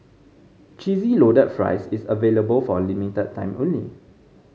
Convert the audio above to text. Cheesy Loaded Fries is available for a limited time only